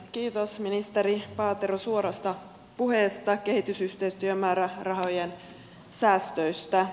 kiitos ministeri paatero suorasta puheesta kehitysyhteistyömäärärahojen säästöistä